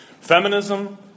Feminism